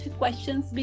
questions